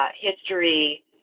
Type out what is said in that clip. History